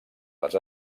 les